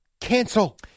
cancel